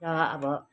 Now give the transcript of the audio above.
र अब